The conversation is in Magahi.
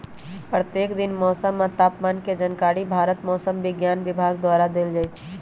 प्रत्येक दिन मौसम आ तापमान के जानकारी भारत मौसम विज्ञान विभाग द्वारा देल जाइ छइ